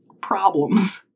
problems